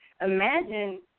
Imagine